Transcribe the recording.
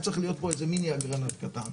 צריך להיות פה איזה מיני אגרנט קטן,